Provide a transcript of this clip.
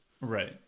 Right